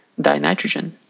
dinitrogen